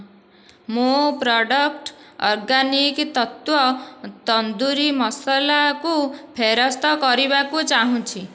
ମୁଁ product organic Tattva tandoori ମସଲାକୁ ଫେରସ୍ତ କରିବାକୁ ଚାହୁଁଛି